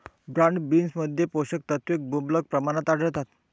broad बीन्समध्ये पोषक तत्वे मुबलक प्रमाणात आढळतात